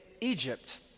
Egypt